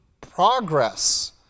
progress